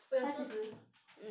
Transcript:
but is also